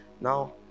now